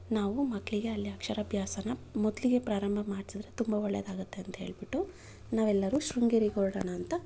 ನಾವು ಮಕ್ಕಳಿಗೆ ಅಲ್ಲಿ ಅಕ್ಷರಾಭ್ಯಾಸನ ಮೊದಲಿಗೆ ಪ್ರಾರಂಭ ಮಾಡ್ಸಿದ್ರೆ ತುಂಬ ಒಳ್ಳೆದಾಗುತ್ತೆ ಅಂಥೇಳ್ಬಿಟ್ಟು ನಾವೆಲ್ಲರೂ ಶೃಂಗೇರಿಗೆ ಹೊರಡೋಣ ಅಂತ